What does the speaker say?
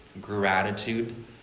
gratitude